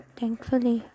thankfully